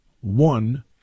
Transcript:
one